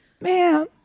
ma'am